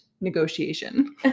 negotiation